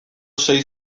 sei